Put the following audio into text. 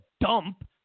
dump